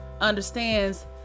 understands